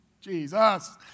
Jesus